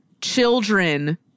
Children